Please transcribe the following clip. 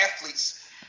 athletes